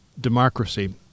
democracy